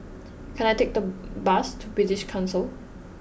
can I take the bus to British Council